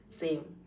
same